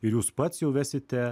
ir jūs pats jau vesite